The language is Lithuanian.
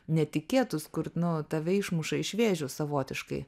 netikėtus kur nu tave išmuša iš vėžių savotiškai